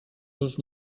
dos